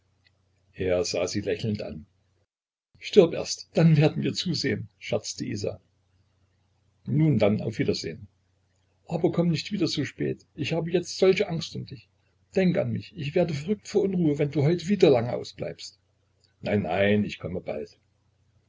er sah sie lächelnd an stirb erst dann werden wir zusehen scherzte isa nun dann auf wiedersehen aber komm nicht wieder so spät ich hab jetzt solche angst um dich denk an mich ich werde verrückt vor unruhe wenn du heute wieder lange ausbleibst nein nein ich komme bald